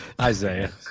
Isaiah